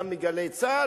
גם מ"גלי צה"ל",